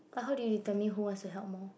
but how do you determine who wants to help more